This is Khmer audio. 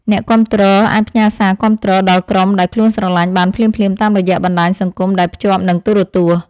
អ្នកគាំទ្រអាចផ្ញើសារគាំទ្រដល់ក្រុមដែលខ្លួនស្រឡាញ់បានភ្លាមៗតាមរយៈបណ្តាញសង្គមដែលភ្ជាប់នឹងទូរទស្សន៍។